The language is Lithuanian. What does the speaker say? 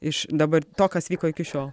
iš dabar to kas vyko iki šiol